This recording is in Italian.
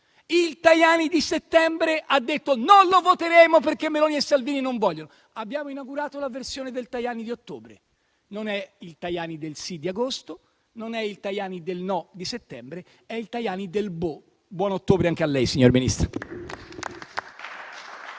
il Tajani di settembre ha detto che non lo avrebbero votato perché Meloni e Salvini non volevano. Abbiamo inaugurato la versione del Tajani di ottobre. Non è il Tajani del sì di agosto, non è il Tajani del no di settembre: è il Tajani del boh. Buon ottobre anche a lei, signor Ministro.